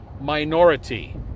minority